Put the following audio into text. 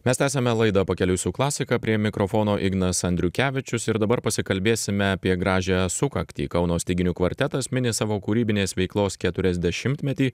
mes tęsiame laidą pakeliui su klasika prie mikrofono ignas andriukevičius ir dabar pasikalbėsime apie gražią sukaktį kauno styginių kvartetas mini savo kūrybinės veiklos keturiasdešimtmetį